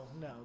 no